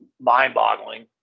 mind-boggling